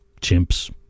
chimps